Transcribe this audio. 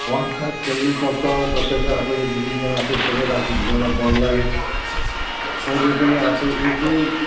one touch खेल्नुपर्छ कसैले आफै डुब्लिङमा आफूसँगै राख्नु हुँदैन बललाई कहिले पनि आफै एक्लै